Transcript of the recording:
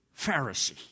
Pharisee